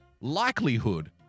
likelihood